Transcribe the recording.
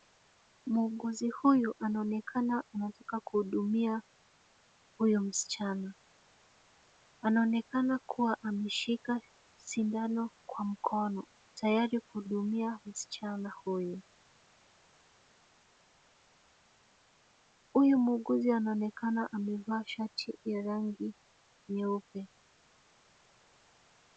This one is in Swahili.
Muuguzi huyu anaonekana anataka kuhudumia huyu msichana. Anaonekana kuwa ameshika sindano kwa mkono tayari kuhudumia msichana huyu. Huyu muuguzi anaonekana amevaa shati ya rangi nyeupe.